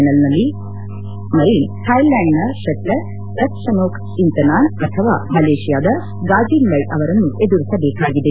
ೈನಲ್ನಲ್ಲಿ Marin ಥಾಯ್ಲ್ಟಾಂಡ್ನ shuttler Ratchanok Intanon ಅಥವಾ ಮಲೇಷಿಯಾದ ಗಾಜಿನ್ವೈ ಅವರನ್ನು ಎದುರಿಸಬೇಕಾಗಿದೆ